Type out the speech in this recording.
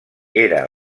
era